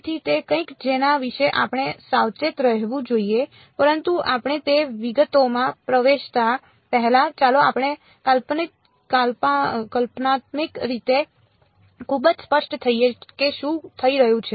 તેથી તે કંઈક કે જેના વિશે આપણે સાવચેત રહેવું જોઈએ પરંતુ આપણે તે વિગતોમાં પ્રવેશતા પહેલા ચાલો આપણે કલ્પનાત્મક રીતે ખૂબ જ સ્પષ્ટ થઈએ કે શું થઈ રહ્યું છે